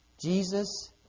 Jesus